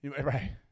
Right